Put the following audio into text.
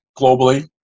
globally